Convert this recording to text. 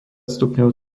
stupňov